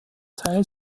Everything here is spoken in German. teil